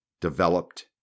developed